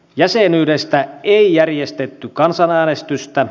jäsenyydestä ei järjestetty kansanäänestystä